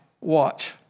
watch